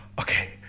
okay